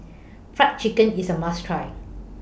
Fried Chicken IS A must Try